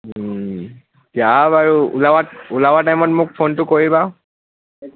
দিয়া বাৰু ওলাবা ওলাবা টাইমত মোক ফোনটো কৰিবা